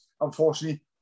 unfortunately